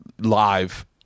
live